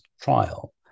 trial